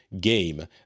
game